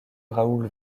raoul